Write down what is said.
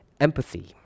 Empathy